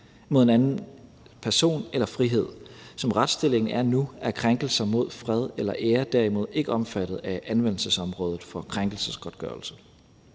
mod en andens person eller frihed. Som retsstillingen er nu, er krænkelser mod fred eller ære derimod ikke omfattet af anvendelsesområdet for krænkelsesgodtgørelse.